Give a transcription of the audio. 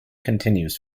continues